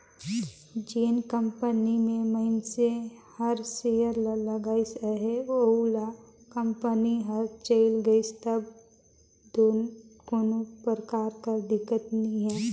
जेन कंपनी में मइनसे हर सेयर ल लगाइस अहे अउ ओ कंपनी हर चइल गइस तब दो कोनो परकार कर दिक्कत नी हे